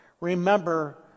Remember